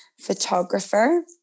Photographer